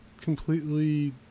completely